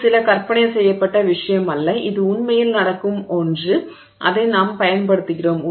இது சில கற்பனை செய்யப்பட்ட விஷயம் அல்ல இது உண்மையில் நடக்கும் ஒன்று அதை நாம் பயன்படுத்துகிறோம்